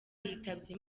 yitabye